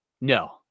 No